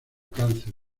cáncer